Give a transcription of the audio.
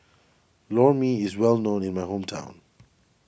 Lor Mee is well known in my hometown